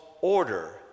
order